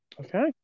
Okay